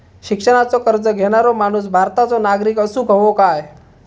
शिक्षणाचो कर्ज घेणारो माणूस भारताचो नागरिक असूक हवो काय?